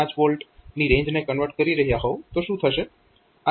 5 V ની રેન્જને convert કરી રહ્યાં હોવ તો શું થશે